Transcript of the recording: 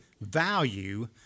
value